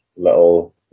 Little